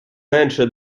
менше